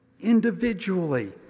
individually